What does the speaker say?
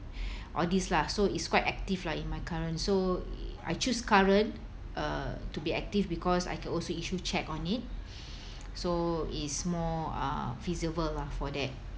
all these lah so it's quite active lah in my current so I choose current uh to be active because I can also issue cheque on it so is more uh feasible lah for that